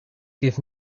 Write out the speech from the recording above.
give